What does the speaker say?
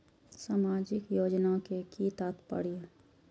सामाजिक योजना के कि तात्पर्य?